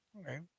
Okay